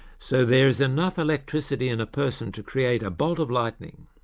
so there is enough electricity in a person to create a bolt of lightening.